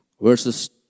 verses